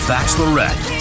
Bachelorette